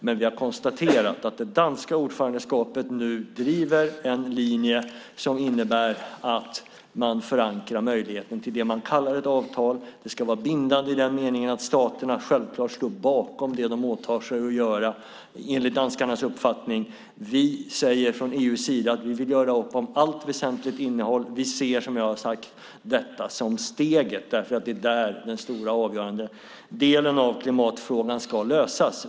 Men vi har konstaterat att det danska ordförandeskapet nu driver en linje som innebär att man förankrar möjligheten till det man kallar för ett avtal. Det ska vara bindande i den meningen att staterna självklart står bakom det som de åtar sig att göra, enligt danskarnas uppfattning. Vi säger från EU:s sida att vi vill göra upp om allt väsentligt innehåll. Vi ser, som jag tidigare sagt, detta som steget därför att det är där den stora och avgörande delen av klimatfrågan ska lösas.